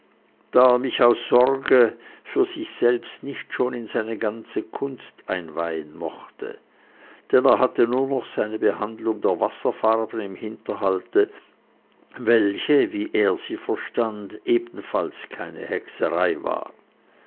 da er mich aus sorge für sich selbst nicht schon in seine ganze kunst einweihen mochte denn er hatte nur noch seine behandlung der wasserfarben im hinterhalte welche wie er sie verstand ebenfalls keine hexerei war